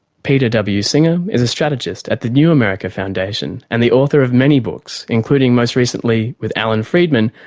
peter w singer is a strategist at the new america foundation and the author of many books, including most recently with allan friedman,